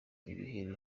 ibiheri